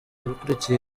akurikiye